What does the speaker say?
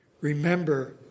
remember